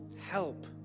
help